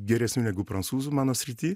geresniu negu prancūzu mano srity